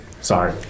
Sorry